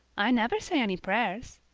i never say any prayers,